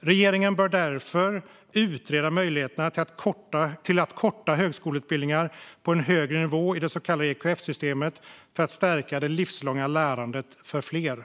Regeringen bör därför utreda möjligheterna till korta yrkeshögskoleutbildningar på en högre nivå i det så kallade EQF-systemet för att stärka det livslånga lärandet för fler.